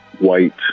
White